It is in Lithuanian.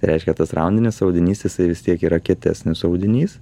reiškia tas randinis audinys jisai vis tiek yra kietesnis audinys